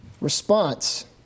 response